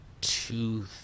Two